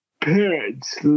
parents